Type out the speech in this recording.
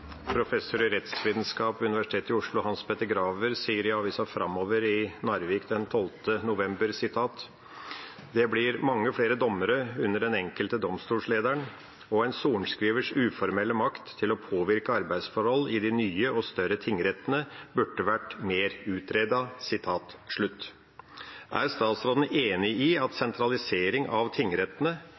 i rettsvitenskap ved Universitetet i Oslo, Hans Petter Graver, sier i avisa Fremover i Narvik den 12. november: «Det blir mange flere dommere under den enkelte domstollederen, og en sorenskrivers uformelle makt til å påvirke arbeidsforhold i de nye og større tingrettene burde vært mer utredet.» Er statsråden enig i at sentralisering av tingrettene